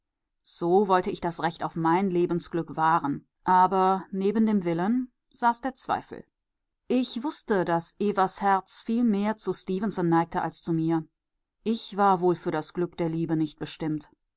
so wollte ich das recht auf mein lebensglück wahren aber neben dem willen saß der zweifel ich wußte daß evas herz viel mehr zu stefenson neigte als zu mir ich war wohl für das glück der liebe nicht bestimmt